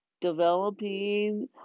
developing